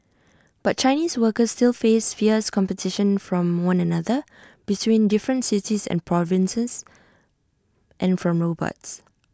but Chinese workers still face fierce competition from one another between different cities and provinces and from robots